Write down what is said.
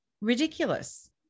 ridiculous